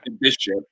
Bishop